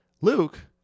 Luke